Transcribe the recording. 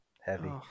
Heavy